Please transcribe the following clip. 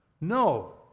No